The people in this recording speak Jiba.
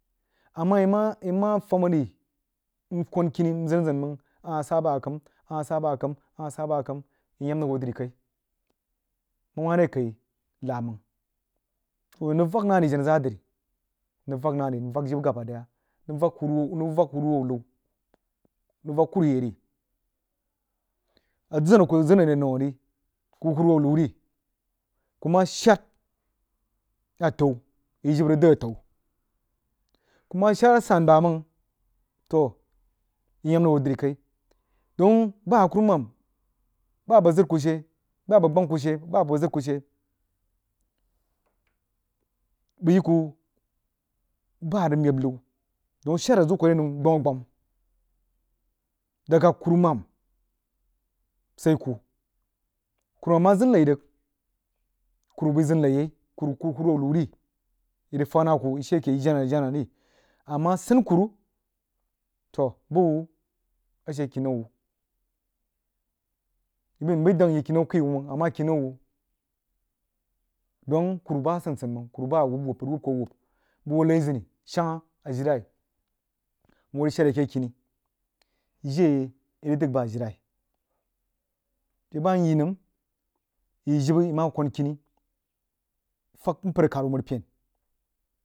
A mah yi mah yi mah fahm a rí nkwan kini nzən- zən mang a hah sah bah kəm a hah sah bah kəm ahah sah bah kəm yi yam rig hoo dri kai bəg mere kai lab mang toh nrig vak nah ri jenh zaa dri mrig vak nah ri nvak jibə gaba daya nvak huruhou nvak horuhou liu rig vak kuru yeh ri a zəna a lah rig zən are nou ri kuh huruhou hu ri kuh mah shad atau yi jibə rig dəd atau kuh mah shad asan bamang toh yí yam rig hoo dri kai dong bah a kurumam baah a bəg zəd kuh she bah a bəg gbang kuh she bah a bəg zəd kuh she bəg yi kuh bah a rig meb liu dong shar a ziu kuh are nou gbam- agbam daga kurumam sai kuh kurumam mah zən kai kuru bəi zən kí yai kuh houhou liu ri yi rig fag nah kuh yi jenah ri a mah sən kuru toh buh wuh a she kinau whh nbəi dang nyi kinau kəi wuh mang a mah kinau wuh doug kuru bah a sən- sən mang kuru bah a wub- wub bəg rig wub kuh a wub bəg hoo lai zəni shagha aajilai nhoo rig shad akeh kini jiri yi dəg ba ajilai a she bah nyi məm yi jibə yi mah kwan kini fyag npər a khad wuh aməri pen